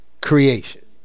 creation